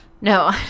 no